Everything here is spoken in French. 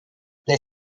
les